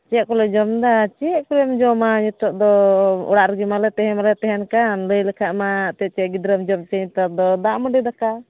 ᱪᱮᱫ ᱠᱚᱞᱮ ᱡᱚᱢ ᱫᱟ ᱪᱮᱫ ᱠᱚᱡ ᱮᱢ ᱡᱚᱢᱟ ᱱᱤᱛᱚᱜ ᱫᱚ ᱚᱲᱟᱜ ᱨᱮᱜᱮᱢᱟ ᱛᱟᱦᱮᱸ ᱢᱟᱞᱮ ᱛᱟᱦᱮᱱ ᱠᱟᱱ ᱞᱟᱹᱭ ᱞᱮᱠᱷᱟᱱ ᱢᱟ ᱛᱮᱫ ᱪᱮᱫ ᱜᱤᱫᱽᱨᱟᱹᱢ ᱡᱚᱢ ᱦᱚᱪᱚᱭᱭᱟ ᱱᱮᱛᱟᱨ ᱫᱚ ᱫᱟᱜ ᱢᱟᱹᱰᱤ ᱫᱟᱠᱟ